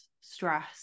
stress